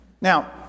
Now